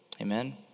Amen